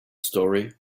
story